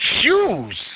shoes